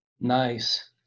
nice